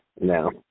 No